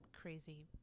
crazy